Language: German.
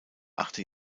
achte